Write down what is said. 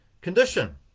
condition